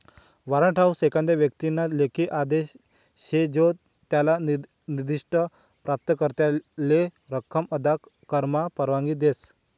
warrant हाऊ एखादा व्यक्तीना लेखी आदेश शे जो त्याले निर्दिष्ठ प्राप्तकर्त्याले रक्कम अदा करामा परवानगी देस